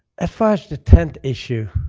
ah far as the tent issue,